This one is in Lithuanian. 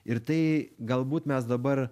ir tai galbūt mes dabar